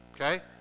okay